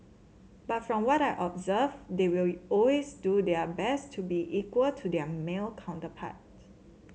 but from what I observed they will always do their best to be equal to their male counterpart